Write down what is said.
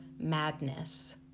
Madness